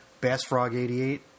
BassFrog88